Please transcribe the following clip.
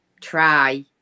try